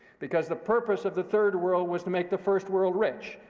because the purpose of the third world was to make the first world rich.